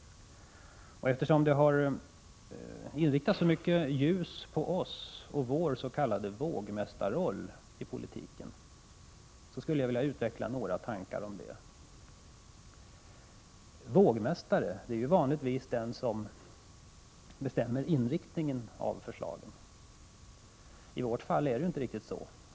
Eftersom det har riktats så mycket ljus mot vpk och vår s.k. vågmästarroll i politiken, skulle jag något vilja utveckla detta. Vanligtvis är vågmästaren den som bestämmer inriktningen på förslagen. I vårt fall är det inte riktigt så.